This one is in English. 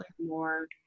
more